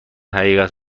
حقیقت